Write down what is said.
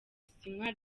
isinywa